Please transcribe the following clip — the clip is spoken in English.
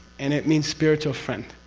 and it means spiritual friend.